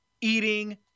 eating